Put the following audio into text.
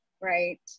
right